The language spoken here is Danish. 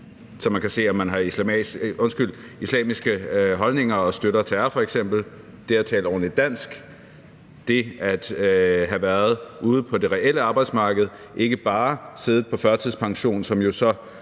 man kan se, om man har islamiske holdninger og f.eks. støtter terror, det at tale ordentligt dansk og det at have været ude på det reelle arbejdsmarked og ikke bare at have siddet på førtidspension, som jo så